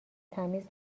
تمیز